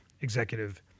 executive